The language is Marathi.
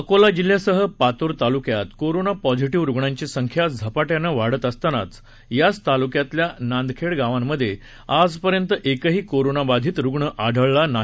अकोला जिल्ह्यासह पातुर तालुक्यात कोरोना पॉझिटिव्ह रुग्णांची संख्या झपाट्याने वाढत असताना याच तालुक्यातील नांदखेड गावांमध्ये आज पर्यंत एकही कोरोना बाधित रुग्ण आढळला नाही